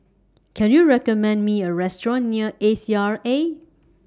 Can YOU recommend Me A Restaurant near A C R A